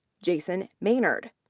jason maynard.